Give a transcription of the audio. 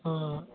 অ'